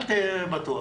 אל תהיה בטוח.